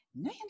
no